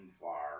far